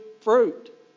fruit